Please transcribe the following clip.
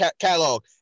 catalog